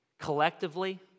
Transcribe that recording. Collectively